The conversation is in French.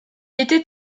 était